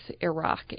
Iraq